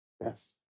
Yes